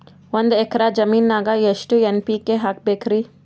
ಒಂದ್ ಎಕ್ಕರ ಜಮೀನಗ ಎಷ್ಟು ಎನ್.ಪಿ.ಕೆ ಹಾಕಬೇಕರಿ?